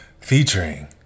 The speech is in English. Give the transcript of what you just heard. featuring